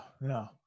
no